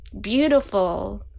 beautiful